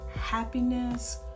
happiness